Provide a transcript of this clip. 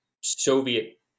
Soviet